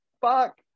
fuck